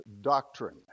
doctrine